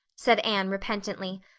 said anne repentantly.